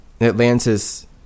Atlantis